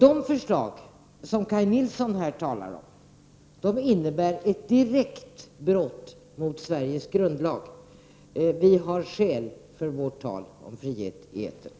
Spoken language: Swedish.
De förslag som Kaj Nilsson här talar om innebär ett direkt brott mot Sveriges grundlag. Vi har skäl för vårt tal om frihet i etern.